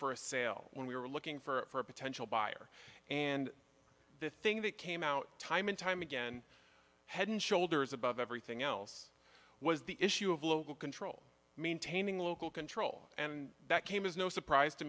for a sale when we were looking for a potential buyer and the thing that came out time and time again head and shoulders above everything else was the issue of local control maintaining local control and that came as no surprise to